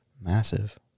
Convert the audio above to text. Massive